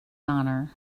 honor